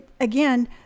again